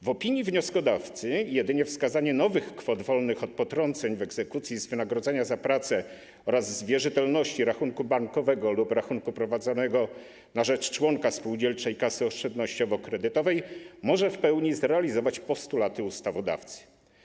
W opinii wnioskodawcy jedynie wskazanie nowych kwot wolnych od potrąceń w egzekucji z wynagrodzenia za pracę oraz wierzytelności z rachunku bankowego lub rachunku prowadzonego na rzecz członka spółdzielczej kasy oszczędnościowo-kredytowej może w pełni zrealizować postulaty ustawodawcy.